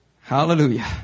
Hallelujah